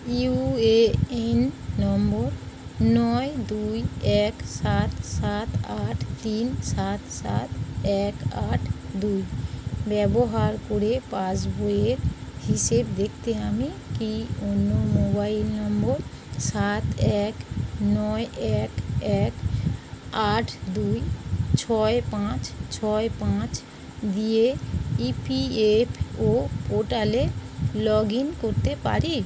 UAN নম্বর নয় দুই এক সাত সাত আট তিন সাত সাত এক আট দুই ব্যবহার করে পাসবইয়ের হিসেব দেখতে আমি কি অন্য মোবাইল নম্বর সাত এক নয় এক এক আট দুই ছয় পাঁচ ছয় পাঁচ দিয়ে ইপিএফও পোর্টালে লগ ইন করতে পারি